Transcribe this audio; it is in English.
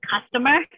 customer